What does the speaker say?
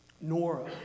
Nora